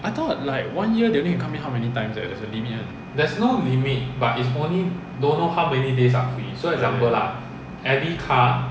I thought like one year they only can come in how many times leh there is a limit [one] okay okay